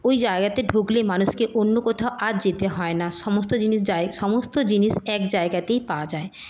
ওই জায়গাতে ঢুকলে মানুষকে অন্য কোথাও আর যেতে হয় না সমস্ত জিনিস যায় সমস্ত জিনিস এক জায়গাতেই পাওয়া যায়